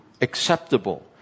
acceptable